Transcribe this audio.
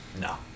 No